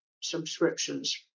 subscriptions